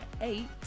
eight